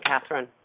Catherine